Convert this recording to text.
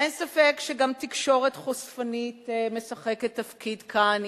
אין ספק שגם תקשורת חושפנית משחקת תפקיד כאן.